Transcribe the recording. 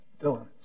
Dylan